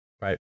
Right